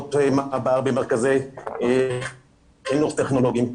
בכיתות במרכזי חינוך טכנולוגיים,